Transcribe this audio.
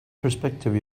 perspective